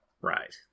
Right